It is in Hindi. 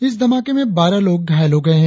इस धमाके में बारह लोग घायल हो गये हैं